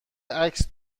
عکس